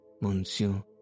Monsieur